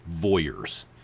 voyeurs